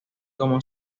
como